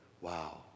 wow